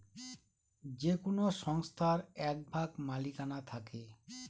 যে কোনো সংস্থার এক ভাগ মালিকানা থাকে